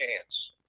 chance